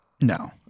No